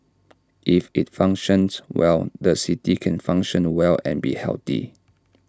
if IT functions well the city can function well and be healthy